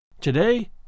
Today